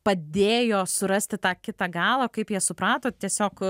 padėjo surasti tą kitą galą kaip jie suprato tiesiog